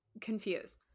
confused